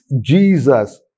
Jesus